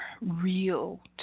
real